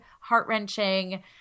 heart-wrenching